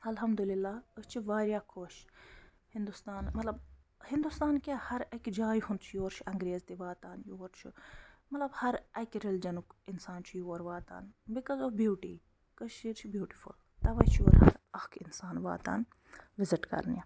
الحمد اللہ أسۍ چھِ واریاہ خۄش ہِنٛدُستان مطلب ہِنٛدُستان کیٛاہ ہر اَکہِ جایہِ ہُند چھِ یور چھِ انگریز تہِ واتان یور چھُ مطلب ہر اَکہِ رٔلجَنُک اِنسان چھُ یور واتان بِکَز آف بیوٗٹی کٔشیٖر چھِ بیوٗٹِفُل تَوَے چھِ یور ہر اَکھ اِنسان واتان وِزِٹ کرنہِ